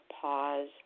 pause